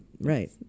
Right